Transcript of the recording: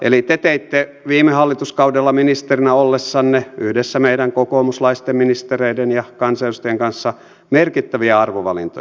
eli te teitte viime hallituskaudella ministerinä ollessanne yhdessä meidän kokoomuslaisten ministereiden ja kansanedustajien kanssa merkittäviä arvovalintoja